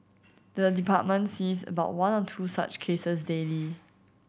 the department sees about one or two such cases daily